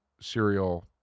serial